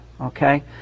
okay